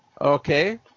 Okay